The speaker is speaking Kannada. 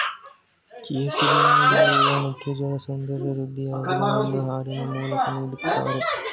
ಕೇಸರಿಯನ್ನು ಬೆಳೆಯೂ ಮಕ್ಕಳಿಗೆ ಸೌಂದರ್ಯ ವೃದ್ಧಿಯಾಗಲಿ ಎಂದು ಹಾಲಿನ ಮೂಲಕ ನೀಡ್ದತರೆ